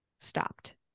stopped